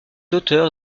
auteur